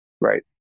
Right